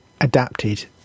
adapted